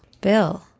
Bill